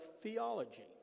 theology